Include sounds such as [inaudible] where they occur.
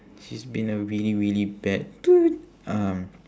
she's been a really really bad [noise] um